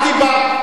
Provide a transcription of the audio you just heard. את דיברת.